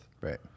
Right